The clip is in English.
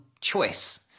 choice